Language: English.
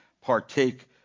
partake